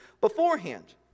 beforehand